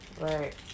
right